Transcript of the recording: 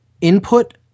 Input